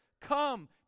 Come